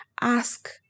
Ask